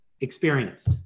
experienced